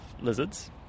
lizards